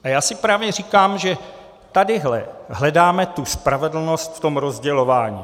A já si právě říkám, že tady hledáme tu spravedlnost v tom rozdělování.